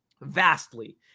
vastly